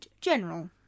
general